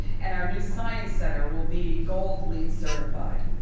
and our new science center will be gold leed certified.